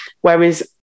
Whereas